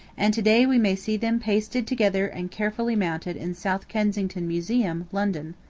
and today we may see them pasted together and carefully mounted in south kensington museum, london.